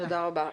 תודה רבה.